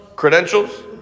Credentials